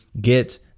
get